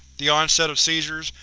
the onset of seizures,